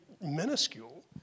minuscule